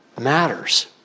matters